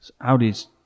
Audi's